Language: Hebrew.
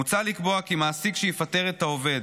מוצע לקבוע כי מעסיק שיפטר את העובד